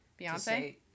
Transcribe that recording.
Beyonce